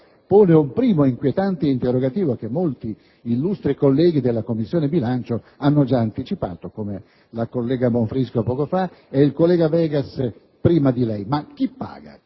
pone un primo inquietante interrogativo che molti illustri colleghi della Commissione bilancio hanno già anticipato (come la senatrice Bonfrisco poco fa e il collega Vegas prima di lei): chi pagherà